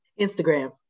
Instagram